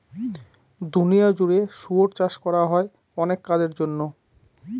দুনিয়া জুড়ে শুয়োর চাষ করা হয় অনেক কাজের জন্য